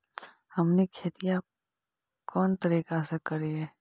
हमनी खेतीया कोन तरीका से करीय?